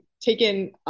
taken